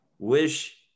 wish